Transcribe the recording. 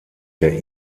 der